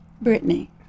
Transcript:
Brittany